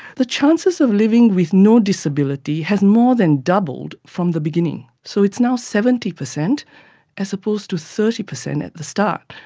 the chances of living with no disability has more than doubled from the beginning. so it's now seventy percent as opposed to thirty percent at the start.